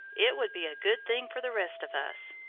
it would be a good thing for the rest of us.